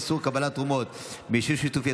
איסור קבלת תרומות מיישוב שיתופי),